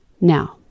Now